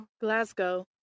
Glasgow